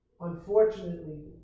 unfortunately